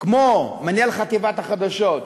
כמו מנהל חטיבת החדשות,